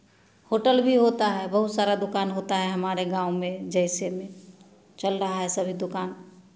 hotel भी होता है बहुत सारा दुकान होता है हमारे गाँव में जैसे चल रहा है सभी दुकान